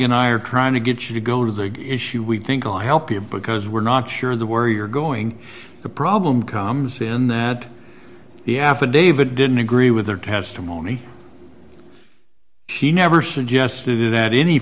and i are trying to get you to go to the issue we think will help you because we're not sure the where you're going the problem comes in that the affidavit didn't agree with her testimony he never suggested that any